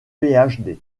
phd